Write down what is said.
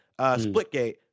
Splitgate